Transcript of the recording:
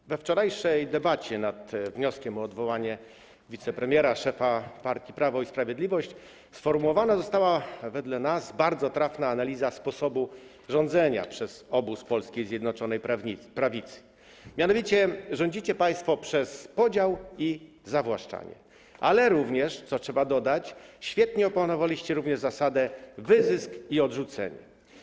Podczas wczorajszej debaty nad wnioskiem o odwołanie wicepremiera, szefa partii Prawo i Sprawiedliwość sformułowana została wedle nas bardzo trafna analiza sposobu rządzenia przez obóz polskiej Zjednoczonej Prawicy, a mianowicie rządzicie państwo przez podział i zawłaszczanie, ale również, co trzeba dodać, świetnie opanowaliście zasadę: wyzysk i odrzucenie.